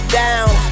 down